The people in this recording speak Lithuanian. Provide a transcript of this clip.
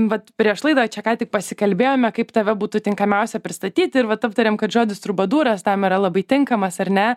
vat prieš laidą čia ką tik pasikalbėjome kaip tave būtų tinkamiausia pristatyt ir vat aptarėm kad žodis trubadūras tam yra labai tinkamas ar ne